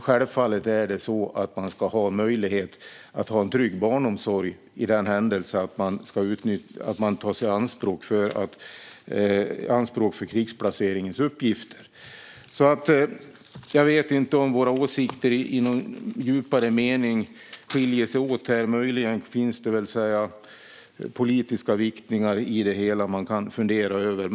Självfallet är det så att man ska ha möjlighet att ha en trygg barnomsorg i händelse av att man tas i anspråk för krigsplaceringens uppgifter. Jag vet inte om våra åsikter skiljer sig åt här i någon djupare mening. Möjligen finns det i det hela politiska viktningar som man kan fundera över.